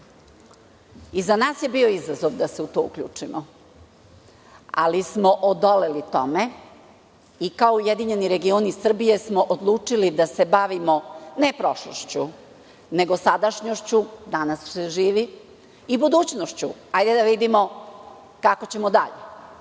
I za nas je bio izazov da se u to uključimo, ali smo odoleli tome i kao URS smo odlučili da se bavimo, ne prošlošću, nego sadašnjošću, danas se živi, i budućnošću. Hajde da vidimo kako ćemo dalje. Šta